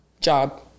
job